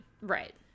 Right